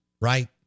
Right